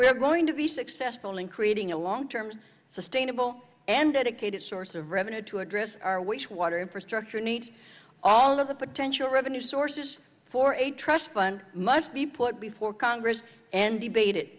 are going to be successful in creating a long term sustainable and dedicated source of revenue to address our which water infrastructure needs all of the potential revenue sources for a trust fund must be put before congress and debate it